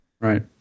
Right